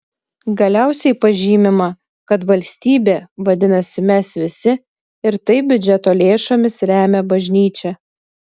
galiausiai pažymima kad valstybė vadinasi mes visi ir taip biudžeto lėšomis remia bažnyčią